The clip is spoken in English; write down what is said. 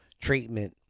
treatment